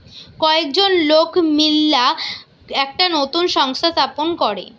কয়েকজন লোক মিললা একটা নতুন সংস্থা স্থাপন করে